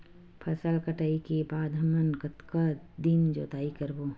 फसल कटाई के बाद हमन कतका दिन जोताई करबो?